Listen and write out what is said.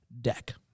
deck